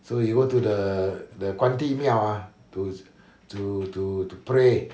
so he go to the the 关帝庙 ah to to to to pray